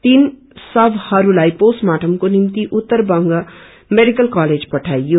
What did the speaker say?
तीन शवहस्लाई पोष्ट मार्टमको निम्ति उत्तर बंग मेडिकल कलेज पठाईयो